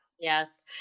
Yes